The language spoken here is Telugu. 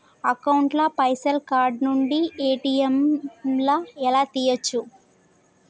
అకౌంట్ ల పైసల్ కార్డ్ నుండి ఏ.టి.ఎమ్ లా తియ్యచ్చా?